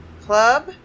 Club